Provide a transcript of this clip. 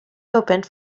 opened